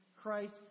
Christ